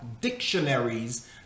dictionaries